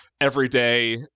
everyday